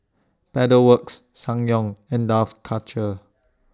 Pedal Works Ssangyong and Dough Culture